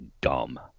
dumb